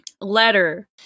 letter